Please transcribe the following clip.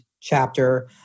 chapter